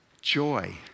joy